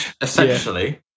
essentially